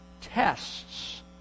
tests